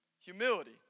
Humility